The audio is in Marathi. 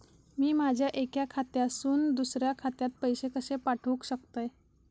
मी माझ्या एक्या खात्यासून दुसऱ्या खात्यात पैसे कशे पाठउक शकतय?